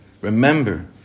Remember